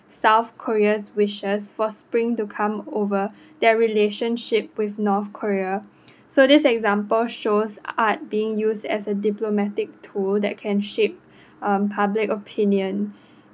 south korea's wishes for spring to come over their relationship with north korea so this example shows art being used as a diplomatic tool that can shape um public opinion